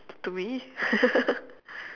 to me